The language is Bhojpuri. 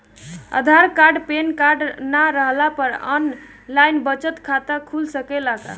आधार कार्ड पेनकार्ड न रहला पर आन लाइन बचत खाता खुल सकेला का?